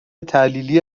تحلیلی